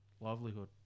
livelihood